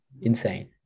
Insane